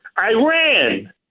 Iran